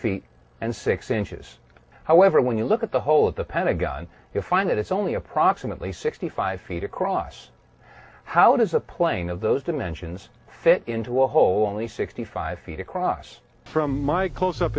feet and six inches however when you look at the hole at the pentagon you'll find that it's only approximately sixty five feet across as a plane of those dimensions fit into a hole only sixty five feet across from my close up